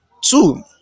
Two